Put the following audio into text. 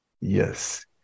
Yes